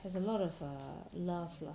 there's a lot of err love lah